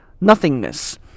nothingness